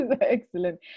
Excellent